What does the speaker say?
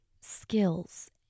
skills